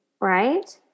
right